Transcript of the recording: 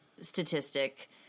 statistic